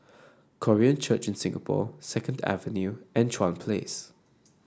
Korean Church in Singapore Second Avenue and Chuan Place